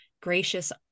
gracious